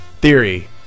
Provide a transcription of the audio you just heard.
Theory